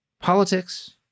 Politics